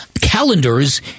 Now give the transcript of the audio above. calendars